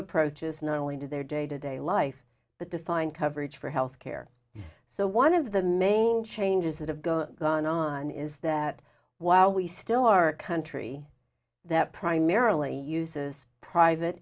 approaches not only to their day to day life but defined coverage for health care so one of the main changes that have gone gone on is that while we still are a country that primarily uses private